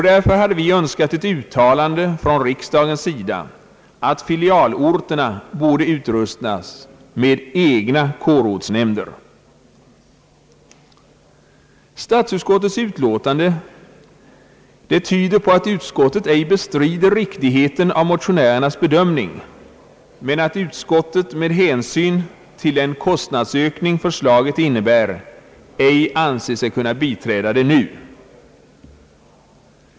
Därför hade vi önskat ett uttalande från riksdagens sida att filialorterna borde utrustas med egna kårortsnämnder. Statsutskottets utlåtande tyder på att utskottet ej bestrider riktigheten av motionärernas bedömning men att utskottet med hänsyn till den kostnadsökning förslaget innebär ej anser sig kunna biträda detta nu.